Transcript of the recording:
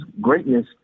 greatness